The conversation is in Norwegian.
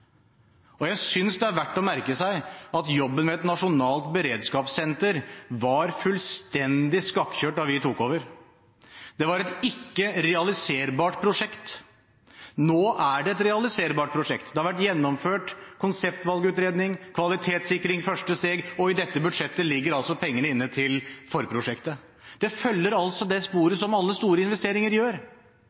Jeg synes det er verdt å merke seg at jobben med et nasjonalt beredskapssenter var fullstendig skakk-kjørt da vi tok over. Det var et ikke-realiserbart prosjekt. Nå er det et realiserbart prosjekt. Det har vært gjennomført konseptvalgutredning, kvalitetssikring første steg, og i dette budsjettet ligger altså pengene inne til forprosjektet. Det følger altså det sporet som alle store investeringer gjør,